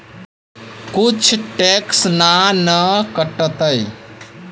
कुछ टैक्स ना न कटतइ?